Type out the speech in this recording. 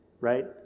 right